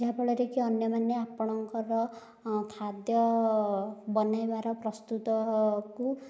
ଯାହାଫଳରେକି ଅନ୍ୟମାନେ ଆପଣଙ୍କର ଖାଦ୍ୟ ବନେଇବାର ପ୍ରସ୍ତୁତକୁ